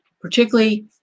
Particularly